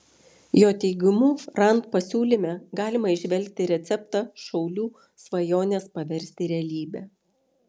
jo teigimu rand pasiūlyme galima įžvelgti receptą šaulių svajones paversti realybe